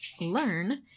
learn